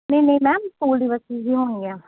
ਨਹੀਂ ਨਹੀਂ ma'am school ਦੀ ਬੱਸਿਸ ਹੀ ਹੋਣਗੀਆਂ